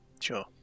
Sure